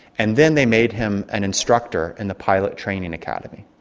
and then they made him an instructor in the pilot training academy.